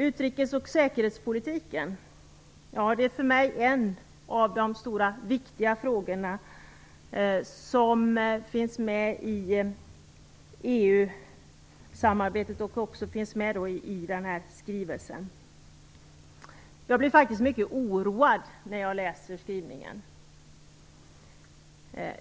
Utrikes och säkerhetspolitiken är för mig en av de stora viktiga frågorna som finns med i EU-samarbetet och som också tas upp i skrivelsen. Jag blir faktiskt mycket oroad när jag läser skrivningen, och det